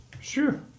Sure